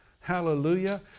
Hallelujah